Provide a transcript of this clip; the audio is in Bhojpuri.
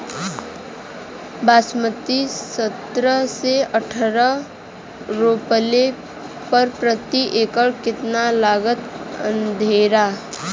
बासमती सत्रह से अठारह रोपले पर प्रति एकड़ कितना लागत अंधेरा?